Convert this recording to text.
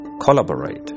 collaborate